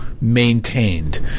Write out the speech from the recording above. maintained